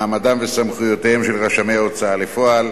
מעמדם וסמכויותיהם של רשמי ההוצאה לפועל,